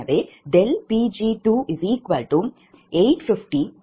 எனவே ∆Pg2850 258